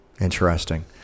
Interesting